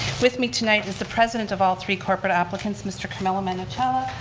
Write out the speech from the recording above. with me tonight is the president of all three corporate applicants, mr. carmen menechella,